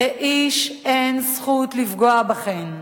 לאיש אין זכות לפגוע בכן,